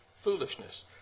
foolishness